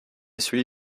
celui